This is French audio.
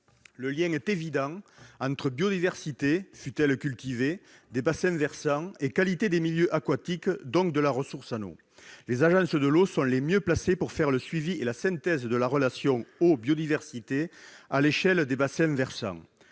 Le lien est évident entre biodiversité, fût-elle cultivée, des bassins versants et qualité des milieux aquatiques, et donc de la ressource en eau. Les agences de l'eau sont les mieux placées pour faire le suivi et la synthèse de la relation entre l'eau et la biodiversité à l'échelle des bassins versants.